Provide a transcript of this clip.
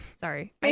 Sorry